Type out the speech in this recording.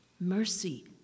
mercy